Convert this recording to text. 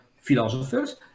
philosophers